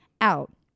Out